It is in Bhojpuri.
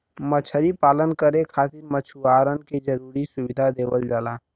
मछरी पालन करे खातिर मछुआरन के जरुरी सुविधा देवल जाला